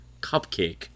cupcake